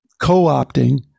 co-opting